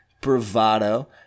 bravado